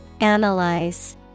Analyze